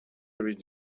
read